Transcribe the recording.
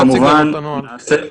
ניצן: